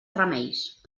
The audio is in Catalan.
remeis